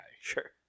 Sure